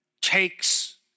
takes